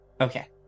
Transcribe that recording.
okay